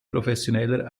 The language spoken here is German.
professioneller